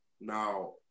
Now